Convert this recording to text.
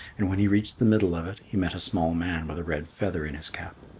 and when he reached the middle of it, he met a small man with a red feather in his cap.